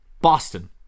Boston